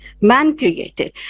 man-created